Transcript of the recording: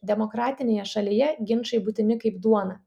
demokratinėje šalyje ginčai būtini kaip duona